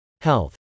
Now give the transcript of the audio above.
Health